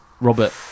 Robert